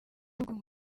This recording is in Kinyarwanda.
bihugu